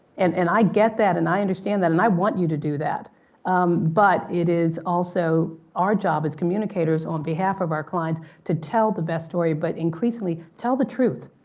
and and i get that and i understand that and i want you to do that but it is also our job as communicators on behalf of our clients, to tell the best story but increasingly tell the truth.